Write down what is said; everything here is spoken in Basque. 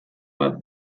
bat